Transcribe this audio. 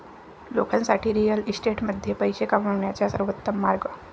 लोकांसाठी रिअल इस्टेटमध्ये पैसे कमवण्याचा सर्वोत्तम मार्ग